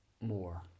more